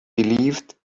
believed